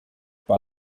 par